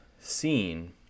seen